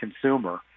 consumer